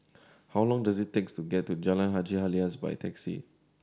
how long does it take to get to Jalan Haji Alias by taxi